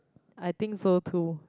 I think so too